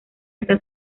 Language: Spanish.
está